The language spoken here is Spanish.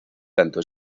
tanto